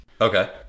okay